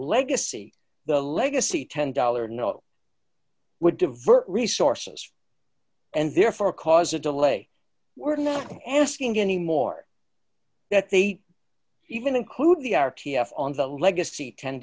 legacy the legacy ten dollars note would divert resources and therefore cause a delay we're not asking anymore that they even include the r t f on the legacy ten